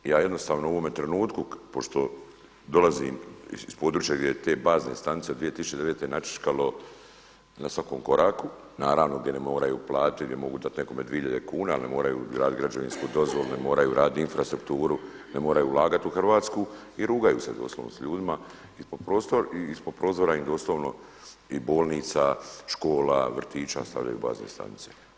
Ja jednostavno u ovome trenutku pošto dolazim iz područja gdje te bazne stanice od 2009. načrčkalo na svakom koraku, naravno gdje ne moraju platiti, gdje ne moraju dati nekome 2 hiljade kuna, ne moraju vaditi građevinsku dozvolu, ne moraju raditi infrastrukturu, ne moraju ulagati u Hrvatsku i rugaju se doslovno s ljudima, ispod prozora im doslovno i bolnica, škola, vrtića stavljaju bazne stanice.